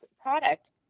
product